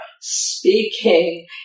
speaking